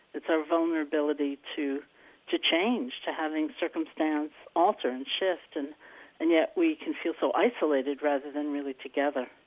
it's our vulnerability to to change, to having circumstance alter and shift, and and yet we can feel so isolated rather than really together,